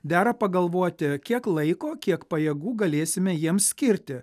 dera pagalvoti kiek laiko kiek pajėgų galėsime jiems skirti